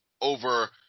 over